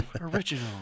Original